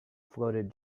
floated